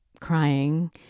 crying